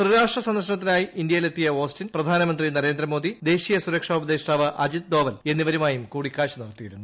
ത്രിരാഷ്ട്ര സന്ദർശനത്തിനായി ഇന്ത്യയിലെത്തിയ ഓസ്റ്റിൻ പ്രധാനമന്ത്രി നരേന്ദ്രമോദി ദേശീയ സുരക്ഷാ ഉപദേഷ്ടാവ് അജിത് ഡോവൽ എന്നിവരുമായും കൂടിക്കാഴ്ച നടത്തിയിരുന്നു